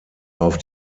auf